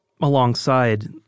alongside